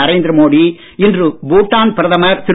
நரேந்திர மோடி இன்று பூட்டான் பிரதமர் திரு